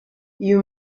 you